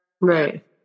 right